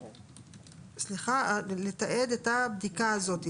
סליחה, לתעד את הבדיקה הזאת.